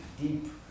deep